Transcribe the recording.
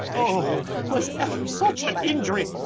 oooh was ever such an injury?